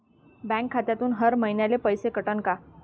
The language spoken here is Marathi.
बँक खात्यातून हर महिन्याले पैसे कटन का?